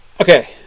Okay